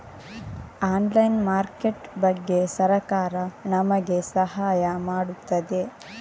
Online market ಬಗ್ಗೆ ಸರಕಾರ ನಮಗೆ ಸಹಾಯ ಮಾಡುತ್ತದೆ?